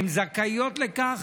הן זכאיות לכך,